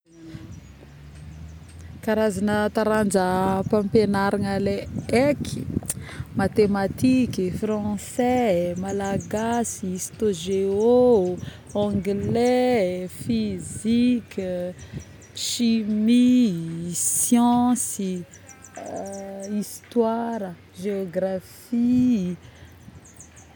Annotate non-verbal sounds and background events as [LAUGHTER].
[NOISE] karazagna taranjam-pamiagnarana le haiky [NOISE] matematiky, français, malagasy, histo- geo, anglais, physique, chimie.yy, science.yy, [HESITATION] histoira ,géographiyy